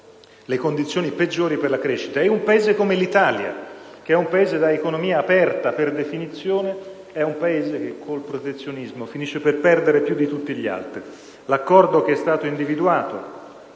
le condizioni peggiori per la crescita. E un Paese come l'Italia, ad economia aperta per definizione, con il protezionismo finisce per perdere più di tutti gli altri. L'accordo che è stato individuato,